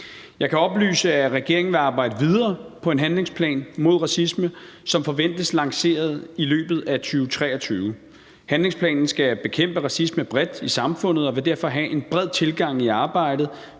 Jeg kan oplyse, at regeringen vil arbejde videre på en handlingsplan mod racisme, som forventes lanceret i løbet af 2023. Handlingsplanen skal bekæmpe racisme bredt i samfundet, og vi vil derfor have en bred tilgang i arbejdet